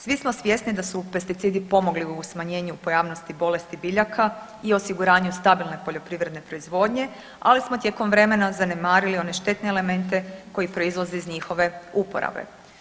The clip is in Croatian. Svi smo svjesni da su pesticidi pomogli u smanjenju pojavnosti bolesti biljaka i osiguranju stabilne poljoprivredne proizvodnje, ali smo tijekom vremena zanemarili one štetne elemente koji proizlaze iz njihove uporabe.